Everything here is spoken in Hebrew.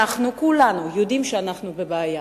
אנחנו כולנו יודעים שאנחנו בבעיה.